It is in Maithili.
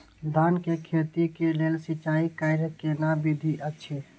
धान के खेती के लेल सिंचाई कैर केना विधी अछि?